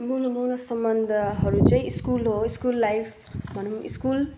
मूल मूल सम्बन्धहरू चाहिँ स्कुल हो स्कुल लाइफ भनौँ स्कुल